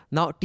Now